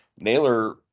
Naylor